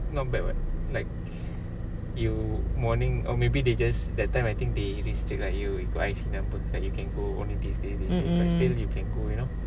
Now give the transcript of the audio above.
mm mm